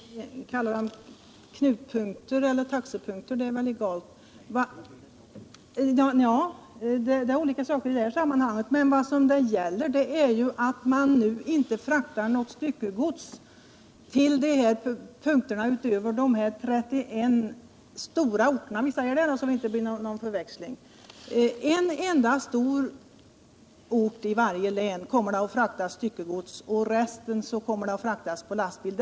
Herr talman! Om vi talar om knutpunkter eller taxepunkter är väl egalt. Vad det här gäller är att man nu inte kommer att frakta något styckegods till de platser jag talar om utan bara till de 31 stora orterna — jag fastslår att det är 31, så att det inte blir någon förväxling. Till en enda stor ort i varje län kommer det att fraktas styckegods, och resten kommer att fraktas med lastbil.